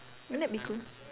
won't that be cool